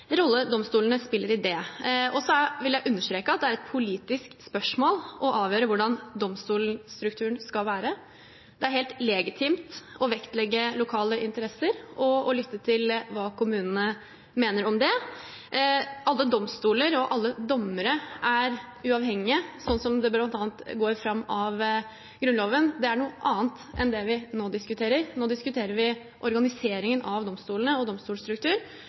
rolle domstolene spiller i det. Så vil jeg understreke at det er et politisk spørsmål å avgjøre hvordan domstolstrukturen skal være. Det er helt legitimt å vektlegge lokale interesser og å lytte til hva kommunene mener om det. Alle domstoler og alle dommere er uavhengige, slik det bl.a. går fram av Grunnloven. Det er noe annet enn det vi nå diskuterer. Nå diskuterer vi organiseringen av domstolene og domstolstruktur,